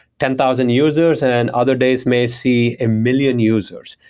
ten thousand users, and other days may see a million users.